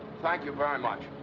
thank you very much.